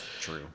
true